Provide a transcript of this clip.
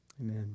Amen